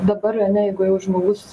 dabar ane jeigu jau žmogus